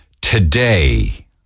today